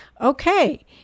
Okay